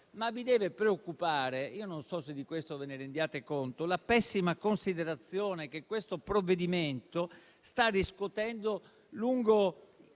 Vi deve preoccupare - non so se di questo ve ne rendiate conto - la pessima considerazione che questo provvedimento sta riscuotendo lungo